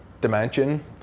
dimension